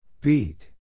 Beat